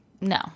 No